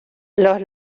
los